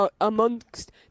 amongst